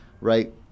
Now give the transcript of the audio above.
right